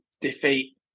defeat